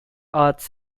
arts